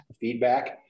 feedback